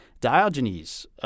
Diogenes